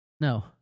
No